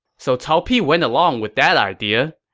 so cao pi went along with that idea.